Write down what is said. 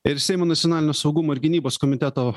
ir seimo nacionalinio saugumo ir gynybos komiteto